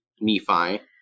Nephi